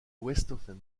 westhoffen